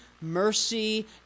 mercy